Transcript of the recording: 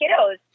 kiddos